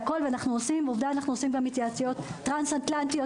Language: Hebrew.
ואנו עושים גם התייעצויות טראנס אטלנטיות